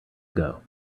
ago